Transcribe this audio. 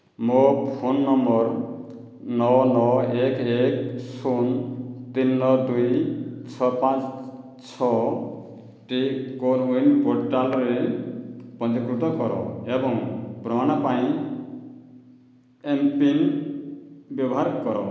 ମୋ ଫୋନ ନମ୍ବର ନଅ ନଅ ଏତ ଏକ ଶୂନ ତିନି ନଅ ଦୁଇ ଛଅ ପାଞ୍ଚ ଛଅଟି କୋୱିନ୍ ପୋର୍ଟାଲରେ ପଞ୍ଜୀକୃତ କର ଏବଂ ପ୍ରମାଣ ପାଇଁ ଏମ୍ ପିନ୍ ବ୍ୟବହାର କର